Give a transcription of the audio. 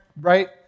right